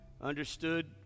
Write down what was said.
understood